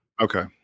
Okay